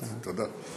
תודה.